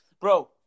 Bro